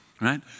right